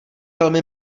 velmi